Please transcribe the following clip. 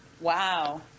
Wow